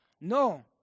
no